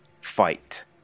fight